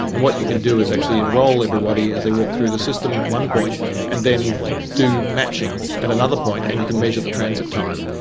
and what you can do is actually enrol everybody as they walk through the system at one point and then do matching at another point and you can measure the transit time.